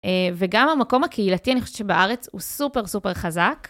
וגם המקום הקהילתי אני חושבת שבארץ הוא סופר סופר חזק.